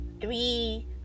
three